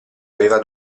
aveva